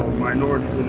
minorities